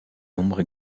nombre